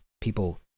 People